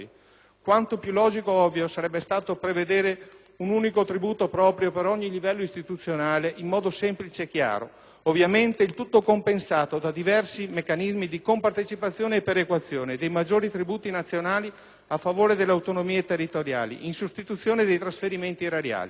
Quanto più logico e ovvio sarebbe stato prevedere un unico tributo proprio per ogni livello istituzionale, in modo semplice e chiaro! Ovviamente, il tutto compensato da diversi meccanismi di compartecipazione e perequazione dei maggiori tributi nazionali a favore delle autonomie territoriali, in sostituzione dei trasferimenti erariali.